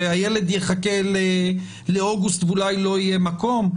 שהילד יחכה לאוגוסט ואולי לא יהיה מקום?